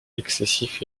excessif